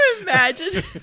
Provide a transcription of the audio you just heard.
imagine